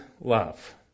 love